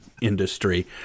industry